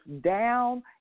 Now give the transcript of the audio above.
down